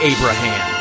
Abraham